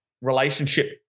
relationship